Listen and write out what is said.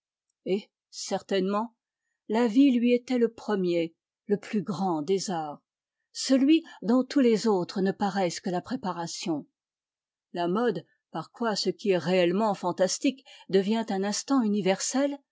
et certainement la vie lui était le premier le plus grand des arts celui dont tous les autres ne paraissent que la préparation la mode par quoi ce qui est réellement fantastique devient un instant universel